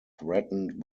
threatened